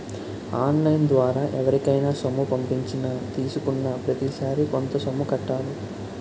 on line ద్వారా ఎవరికైనా సొమ్ము పంపించినా తీసుకున్నాప్రతిసారి కొంత సొమ్ము కట్టాలి